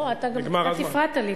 לא, אתה גם קצת הפרעת לי.